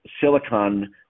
Silicon